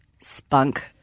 Spunk